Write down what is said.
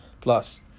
plus